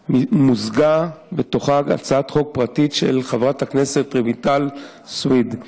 ומוזגה בתוכה גם הצעת חוק פרטית של חברת הכנסת רויטל סויד.